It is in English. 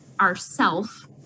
ourself